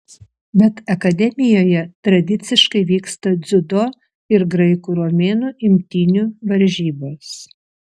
bet akademijoje tradiciškai vyksta dziudo ir graikų romėnų imtynių varžybos